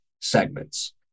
segments